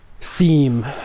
theme